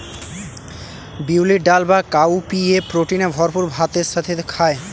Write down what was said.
বিউলির ডাল বা কাউপিএ প্রোটিনে ভরপুর ভাতের সাথে খায়